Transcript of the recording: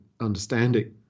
understanding